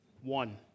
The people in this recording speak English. One